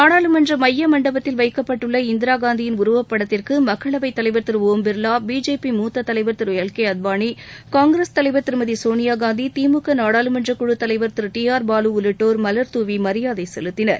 நாடாளுமன்ற மைய மண்டபத்தில் வைக்கப்பட்டுள்ள இந்திரா காந்தியின் உருவப்படத்திற்கு மக்களவைத் தலைவர் திரு ஓம் பிர்வா பிஜேபி மூத்த தலைவர் திரு எல் கே அத்வானி காங்கிரஸ் தலைவர் திருமதி சோனியாகாந்தி திமுக நாடாளுமன்ற குழு தலைவர் திரு டி ஆர் பாலு உள்ளிட்டோர் மலர்தூவி மரியாதை செலுத்தினர்